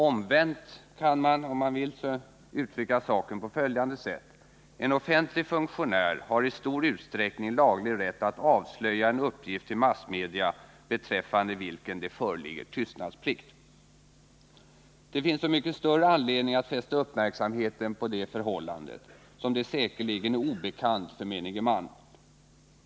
Omvänt kan man, om man vill, uttrycka saken på följande sätt: En offentlig funktionär har i stor utsträckning laglig rätt att avslöja en uppgift till massmedia beträffande vilken det föreligger tystnadsplikt. Det finns så mycket större anledning att fästa uppmärksamheten på det förhållandet som det säkerligen är obekant för menige man.